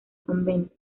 convento